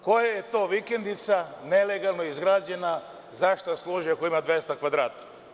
Koja je to vikendica nelegalno izgrađena, za šta služi ako ima 200 kvadrata.